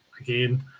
again